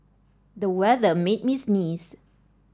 the weather made me sneeze